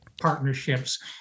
partnerships